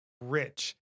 rich